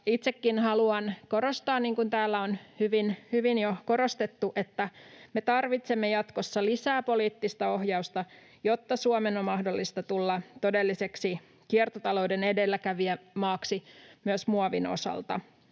Itsekin haluan korostaa, niin kuin täällä on hyvin jo korostettu, että me tarvitsemme jatkossa lisää poliittista ohjausta, jotta Suomen on mahdollista tulla todelliseksi kiertotalouden edelläkävijämaaksi myös muovin osalta.